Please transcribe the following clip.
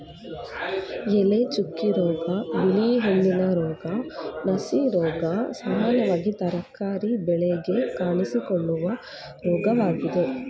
ಎಲೆಚುಕ್ಕೆ ರೋಗ, ಬಿಳಿ ಹೆಣ್ಣಿನ ರೋಗ, ನುಸಿರೋಗ ಸಾಮಾನ್ಯವಾಗಿ ತರಕಾರಿ ಬೆಳೆಗೆ ಕಾಣಿಸಿಕೊಳ್ಳುವ ರೋಗವಾಗಿದೆ